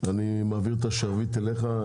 אני מעביר את השרביט אליך.